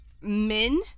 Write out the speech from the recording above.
men